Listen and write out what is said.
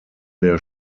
der